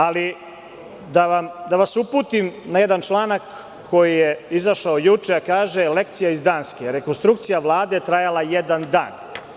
Ali, da vas uputim na jedan članak koji je izašao juče, a kaže - lekcija iz Danske, rekonstrukcija Vlade trajala jedan dan.